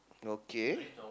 okay